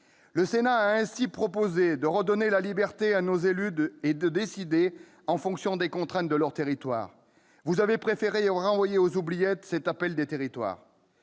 Le Sénat a ainsi proposé de redonner la liberté à nos élus et de décider en fonction des contraintes de leurs territoires. Vous avez préféré renvoyer aux oubliettes cet appel des territoires.